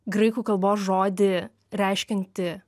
graikų kalbos žodį reiškiantį